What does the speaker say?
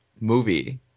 movie